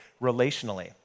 relationally